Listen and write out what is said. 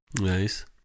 Nice